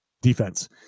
defense